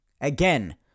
again